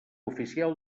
oficial